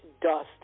dust